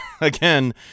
Again